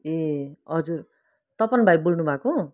ए हजुर तपन भाइ बोल्नु भएको